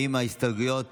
האם ההסתייגויות